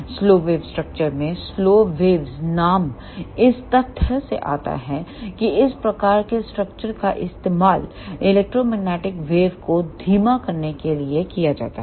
slow wave structure में slow waves नाम इस तथ्य से आता है कि इस प्रकार के स्ट्रक्चर का इस्तेमाल इलेक्ट्रोमैग्नेटिक वेव को धीमा करने के लिए किया जाता है